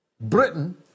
Britain